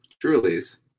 Truly's